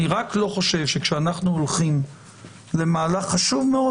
אבל אני לא חושב שכאשר אנחנו הולכים למהלך חשוב מאוד,